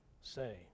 say